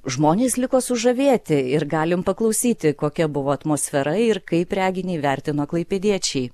žmonės liko sužavėti ir galim paklausyti kokia buvo atmosfera ir kaip reginį vertino klaipėdiečiai